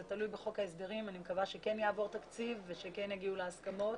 זה תלוי בחוק ההסדרים ואני מקווה שכן יעבור תקציב ושכן יגיעו להסכמות